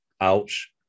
ouch